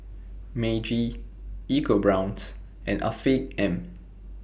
Meiji EcoBrown's and Afiq M